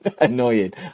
annoying